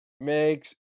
makes